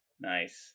Nice